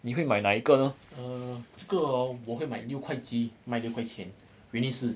err 这个哦我会买六块鸡卖六块钱原因是